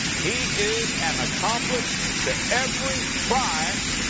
he is an accomplice to every crime,